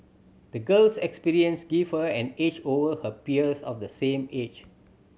the girl's experience gave her an edge over her peers of the same age